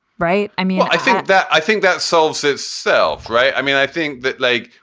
right i mean, i think that i think that solves itself. right. i mean, i think that, like,